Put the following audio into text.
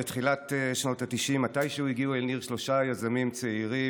בתחילת שנות ה-90 מתישהו הגיעו אל ניר שלושה יזמים צעירים